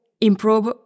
improve